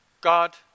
God